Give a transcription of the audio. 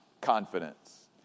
confidence